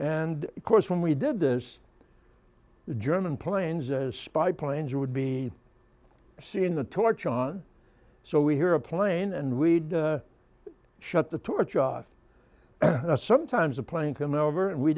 and of course when we did the german planes the spy planes would be seen the torch on so we hear a plane and we shut the torch off sometimes a plane coming over and we